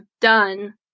done